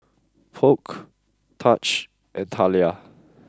Polk Taj and Talia